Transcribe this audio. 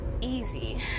easy